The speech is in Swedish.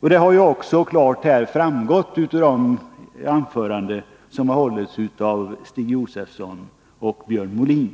Detta har ju också klart framgått av de anföranden som här har hållits av Stig Josefson och Björn Molin.